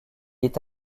est